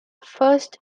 first